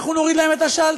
אנחנו נוריד להם את השלטר.